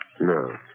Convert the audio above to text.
No